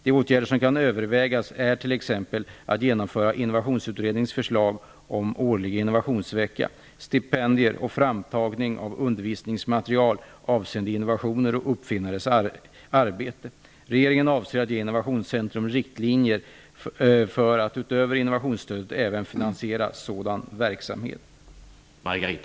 De åtgärder som kan övervägas är t.ex. att genomföra Innovationsutredningens förslag om årlig innovationsvecka, stipendier och framtagning av undervisningsmaterial avseende innovationer och uppfinnares arbete. Regeringen avser att ge Innovationscentrum riktlinjer för att, utöver innovationsstödet, även finansiera sådan verksamhet.